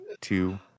two